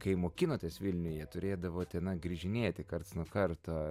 kai mokinotės vilniuje turėdavote na grįžinėti karts nuo karto